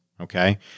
okay